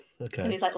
Okay